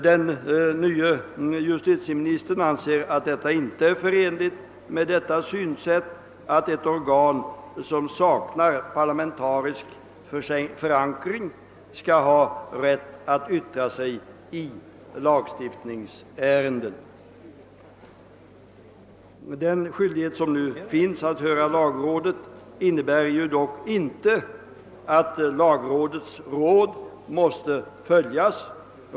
Den nye justitieministern anser att det icke är förenligt med detta synsätt att ett organ som saknar parlamentarisk förankring skall ha rätt att yttra sig i lagstiftningsärenden. Den skyldighet att höra lagrådet som nu finns innebär dock inte att lagrådets yttranden måste följas.